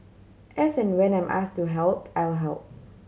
as and when I'm ask to help I'll help